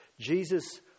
Jesus